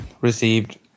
received